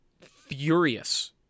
furious